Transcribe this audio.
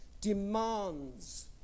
demands